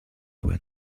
went